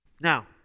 Now